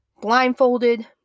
blindfolded